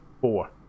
Four